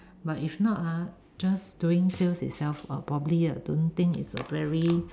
but if not ah just doing sales itself uh probably uh don't think it's a very